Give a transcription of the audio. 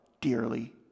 dearly